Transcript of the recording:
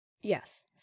yes